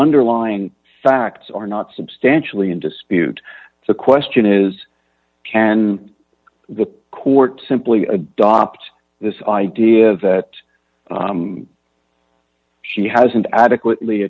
underlying facts are not substantially in dispute the question is can the court simply adopt this idea that she hasn't adequately